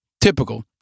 Typical